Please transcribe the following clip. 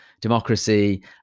democracy